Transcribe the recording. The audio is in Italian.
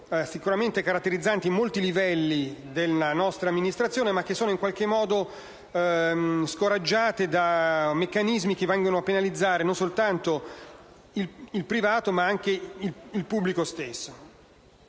sicuramente caratterizzano molti livelli della nostra amministrazione, ma che sono in qualche modo scoraggiate da meccanismi, che vanno a penalizzare non soltanto il privato, ma anche il pubblico.